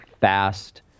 fast